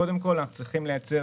קודם כול, אנחנו צריכים לייצר